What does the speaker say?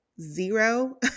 zero